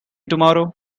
tomorrow